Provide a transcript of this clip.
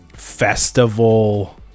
festival